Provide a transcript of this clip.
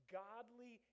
godly